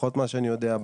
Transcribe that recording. לפחות ממה שאני יודע,